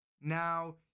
Now